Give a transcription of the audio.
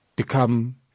become